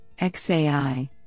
XAI